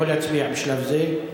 לא להצביע בשלב זה.